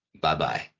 Bye-bye